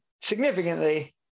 significantly